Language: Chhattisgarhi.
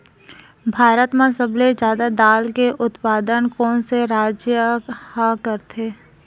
भारत मा सबले जादा दाल के उत्पादन कोन से राज्य हा करथे?